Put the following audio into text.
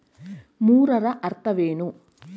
ಮೂರರ ಅರ್ಥವೇನು?